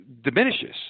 diminishes